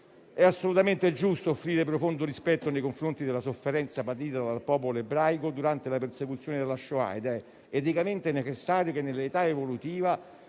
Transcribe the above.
È assolutamente giusto mostrare profondo rispetto nei confronti della sofferenza patita dal popolo ebraico durante la persecuzione della *shoah* ed è eticamente necessario che, nell'età evolutiva,